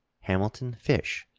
hamilton fish,